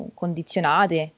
condizionate